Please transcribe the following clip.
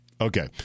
Okay